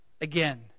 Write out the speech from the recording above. Again